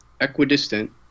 equidistant